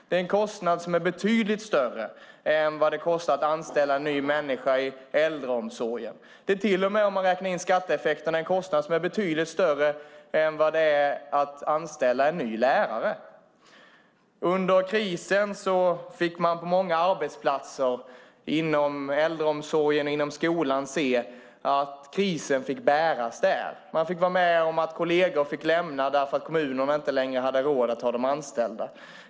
Det är en kostnad som är betydligt större än vad det kostar att anställa en ny person i äldreomsorgen. Till och med om man räknar in skatteeffekten är kostnaden betydligt större än den för att anställa en ny lärare. Under krisen fick man på många arbetsplatser inom äldreomsorgen eller inom skolan se att krisen fick bäras där. Man fick vara med om att kolleger fick lämna jobbet för att kommunerna inte längre hade råd att ha dem anställda.